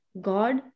god